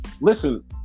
listen